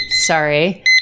Sorry